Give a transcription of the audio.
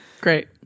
great